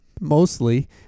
mostly